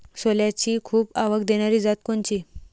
सोल्याची खूप आवक देनारी जात कोनची?